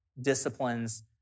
disciplines